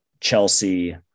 Chelsea